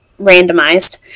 randomized